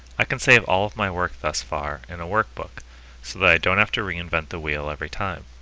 i can save all of my work thusfar in a workbook so that i don't have to reinvent the wheel every time